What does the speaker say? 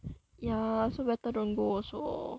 ya so better don't go also